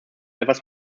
etwas